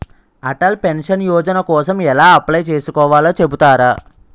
Atal pension Yojana కోసం ఎలా apply చేసుకోవాలో చెపుతారా?